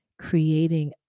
creating